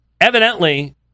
Evidently